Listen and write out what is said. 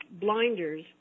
blinders